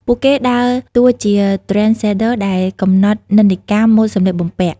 ពួកគេដើរតួជា Trendsetter ដែលកំណត់និន្នាការម៉ូតសម្លៀកបំពាក់។